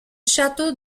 château